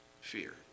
fear